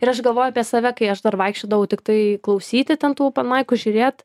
ir aš galvoju apie save kai aš dar vaikščiodavau tiktai klausyti ten tų openmaikų žiūrėt